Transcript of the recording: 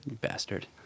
bastard